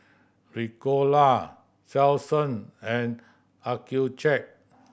Ricola Selsun and Accucheck